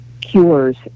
cures